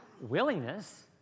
willingness